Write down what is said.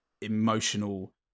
emotional